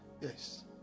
yes